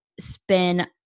spin